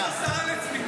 יש הסרה לצמיתות?